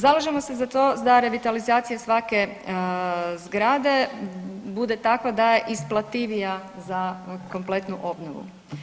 Zalažemo se za to da revitalizacija svake zgrade bude takva da je isplativija za kompletnu obnovu.